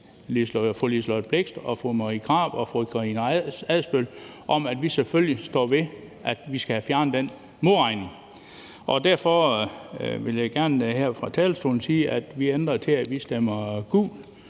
fru Liselott Blixt, fru Marie Krarup og fru Karina Adsbøl snakket om, at vi selvfølgelig står ved, at vi skal have fjernet den modregning, og jeg vil derfor gerne her fra talerstolen sige, at vi ændrer det til, at vi stemmer gult,